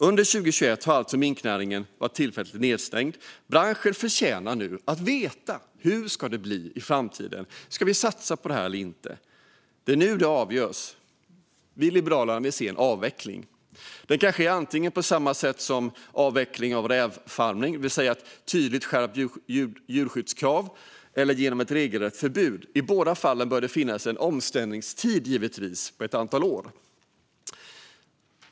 Under 2021 har minknäringen alltså varit tillfälligt nedstängd, och branschen förtjänar nu att veta hur det ska bli i framtiden. Ska man satsa på det här eller inte? Det är nu det avgörs. Vi liberaler vill se en avveckling. Den kan ske antingen på samma sätt som avvecklingen av rävfarmer, det vill säga genom ett tydligt skärpt djurskyddskrav, eller genom ett regelrätt förbud. I båda fallen bör det givetvis finnas en omställningstid på ett antal år.